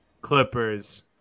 Clippers